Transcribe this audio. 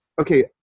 okay